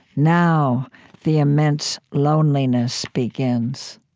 now the immense loneliness begins.